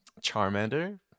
Charmander